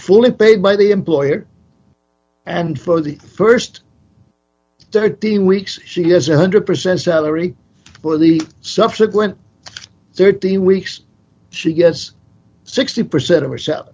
fully paid by the employer and for the st thirteen weeks she has one hundred percent salary for the subsequent thirteen weeks she gets sixty percent of herself